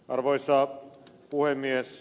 arvoisa puhemies